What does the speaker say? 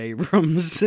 Abrams